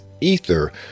ether